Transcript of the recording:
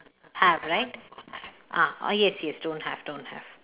ah right ah yes yes don't have don't have